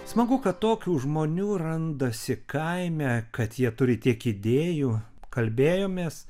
smagu kad tokių žmonių randasi kaime kad jie turi tiek idėjų kalbėjomės